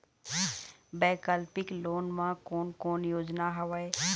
वैकल्पिक लोन मा कोन कोन योजना हवए?